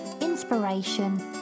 inspiration